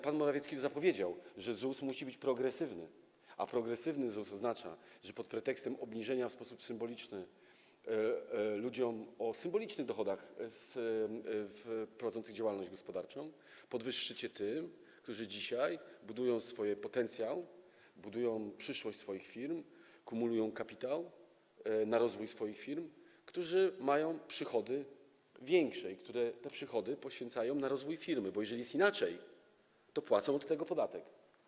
Pan Morawiecki zapowiedział, że ZUS musi być progresywny, a progresywny ZUS oznacza, że pod pretekstem obniżenia w sposób symboliczny ludziom o symbolicznych dochodach, którzy prowadzą działalność gospodarczą, podwyższycie tym, którzy dzisiaj budują swój potencjał, budują przyszłość swoich firm, kumulują kapitał na rozwój swoich firm, mają większe przychody, które poświęcają na rozwój firmy, bo jeżeli jest inaczej, płacą od tego podatek.